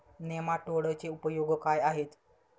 नेमाटोडचे उपयोग काय आहेत?